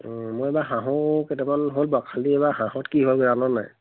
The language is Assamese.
মই এইবাৰ হাঁহো কেইটামান হ'ল বাৰু খালি এইবাৰ হাঁহত কি হ'ল জানো নে নাই